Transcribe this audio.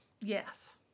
Yes